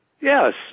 Yes